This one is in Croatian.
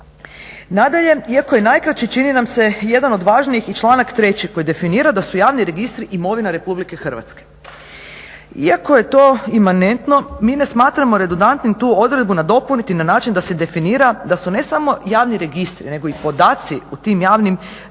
Nadalje, iako je najkraći čini nam se jedan od važnijih i članak 3. koji definira da su javni registri imovina Republike Hrvatske. Iako je to imanentno, mi ne smatramo redudantnim tu odredbu nadopuniti na način da se definira da su ne samo javni registri, nego i podaci u tim javnim registrima